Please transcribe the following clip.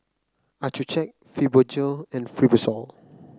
Accucheck Fibogel and Fibrosol